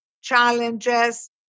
challenges